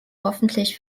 hoffentlich